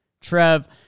Trev